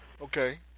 Okay